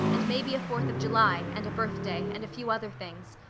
and maybe a fourth of july, and a birthday, and a few other things.